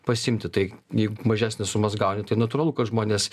pasiimti tai jeigu mažesnes sumas galite natūralu kad žmonės